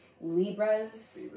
Libras